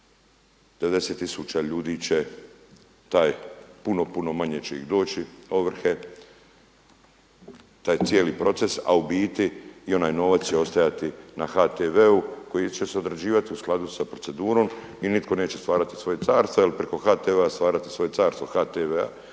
90000 ljudi će taj puno, puno manje će ih doći ovrhe, taj cijeli proces. A u biti i onaj novac će ostajati na HTV-u koji će se odrađivat u skladu sa procedurom i nitko neće stvarati svoje carstvo, jer preko HTV-a stvarati svoje carstvo, HTV-a,